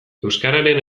euskararen